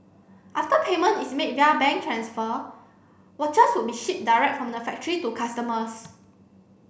after payment is made via bank transfer watches would be shipped direct from the factory to customers